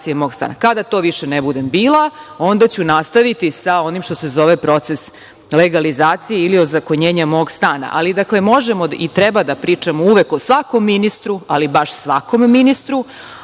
to više ne budem bila, onda ću nastaviti sa onim što se zove proces legalizacije ili ozakonjenje mog stana. Dakle, možemo i treba da pričamo uvek o svakom ministru, ali baš svakom ministru,